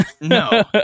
No